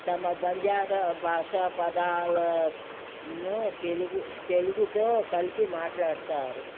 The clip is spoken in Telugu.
తమ బంజారా భాషా పదాలను తెలుగు తెలుగుతో కలిపి మాట్లాడతారు